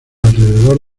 alrededor